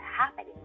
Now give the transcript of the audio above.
happening